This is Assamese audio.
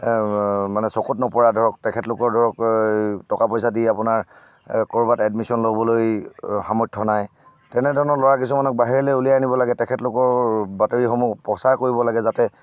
মানে চকুত নপৰা ধৰক তেখেতলোকৰ ধৰক টকা পইচা দি আপোনাৰ এই ক'ৰবাত এডমিশ্যন ল'বলৈ সামৰ্থ্য নাই তেনেধৰণৰ ল'ৰা কিছুমানক বাহিৰলৈ উলিয়াই আনিব লাগে তেখেতলোকৰ বাতৰিসমূহ প্ৰচাৰ কৰিব লাগে যাতে